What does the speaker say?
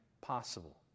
possible